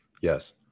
yes